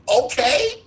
Okay